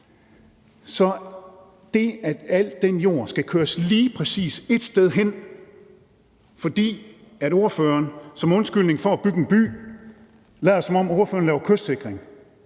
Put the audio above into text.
er det, at al den jord skal køres lige præcis ét sted hen, fordi ordføreren som undskyldning for at bygge en by lader, som om ordføreren laver kystsikring,